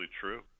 true